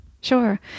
sure